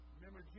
Remember